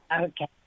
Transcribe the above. Okay